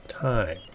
time